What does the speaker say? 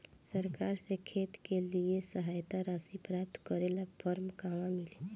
सरकार से खेत के लिए सहायता राशि प्राप्त करे ला फार्म कहवा मिली?